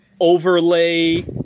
overlay